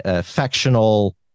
factional